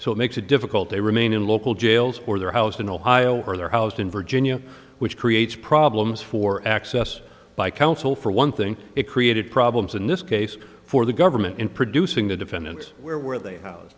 so it makes it difficult they remain in local jails or their house in ohio or their house in virginia which creates problems for access by counsel for one thing it created problems in this case for the government in producing the defendants where were they